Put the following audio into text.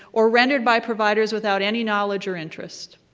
or rendered by providers without any knowledge or interest.